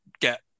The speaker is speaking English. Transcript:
get